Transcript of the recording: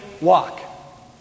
walk